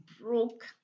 broke